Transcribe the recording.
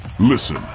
Listen